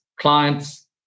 clients